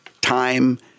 time